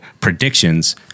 predictions